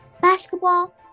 basketball